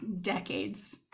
decades